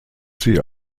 sie